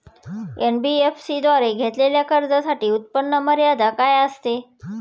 NBFC द्वारे घेतलेल्या कर्जासाठी उत्पन्न मर्यादा काय असते?